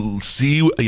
see